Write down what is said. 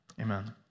Amen